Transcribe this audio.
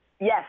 Yes